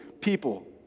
people